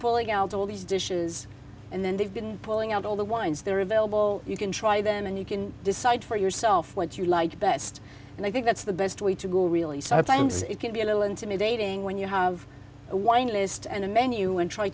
pulling out all these dishes and then they've been pulling out all the wines that are available you can try them and you can decide for yourself what you like best and i think that's the best way to go really sometimes it can be a little intimidating when you have a wine list and a menu and try